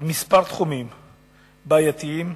תחומים בעייתיים.